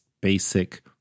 basic